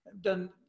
done